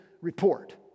report